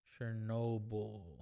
Chernobyl